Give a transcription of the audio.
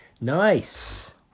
Nice